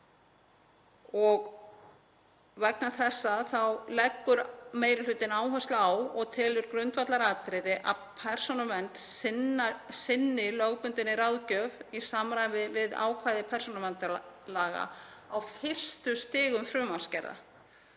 Vegna þessa leggur meiri hlutinn áherslu á og telur grundvallaratriði að Persónuvernd sinni lögbundinni ráðgjöf í samræmi við ákvæði persónuverndarlaga á fyrstu stigum frumvarpsgerðar